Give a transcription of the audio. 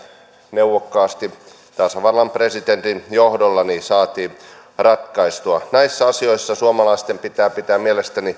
neuvokkaasti tasavallan presidentin johdolla saatiin ratkaistua näitä asioita suomalaisten pitää pitää mielestäni